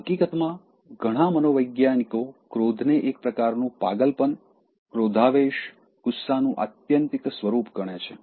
હકીકતમાં ઘણા મનોવૈજ્ઞાનિકો ક્રોધને એક પ્રકારનું પાગલપન ક્રોધાવેશ ગુસ્સાનું આત્યંતિક સ્વરૂપ ગણે છે